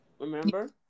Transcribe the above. Remember